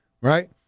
right